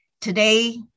Today